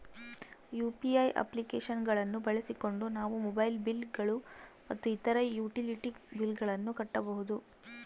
UPI application ಗಳನ್ನ ಬಳಸಿಕೊಂಡು ನಾವು ಮೊಬೈಲ್ ಬಿಲ್ ಗಳು ಮತ್ತು ಇತರ ಯುಟಿಲಿಟಿ ಬಿಲ್ ಗಳನ್ನ ಕಟ್ಟಬಹುದು